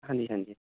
ਹਾਂਜੀ ਹਾਂਜੀ